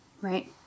right